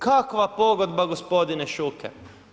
Kakva pogodba gospodine Šuker.